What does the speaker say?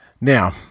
Now